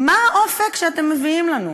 מה האופק שאתם מביאים לנו?